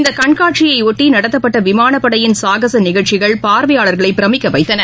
இந்தகண்காட்சியையொட்டிநடத்தப்பட்டவிமானப்படையின் சாகசநிகழ்ச்சிகள் பார்வையாளர்களைபிரமிக்கவைத்தன